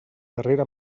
darrere